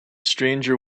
stranger